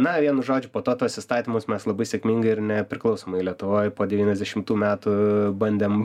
na vienu žodžiu po to tuos įstatymus mes labai sėkmingai ir nepriklausomoj lietuvoj po devyniasdešimtų metų bandėm